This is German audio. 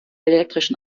elektrischen